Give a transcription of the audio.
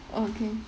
okay